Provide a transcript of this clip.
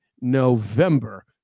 november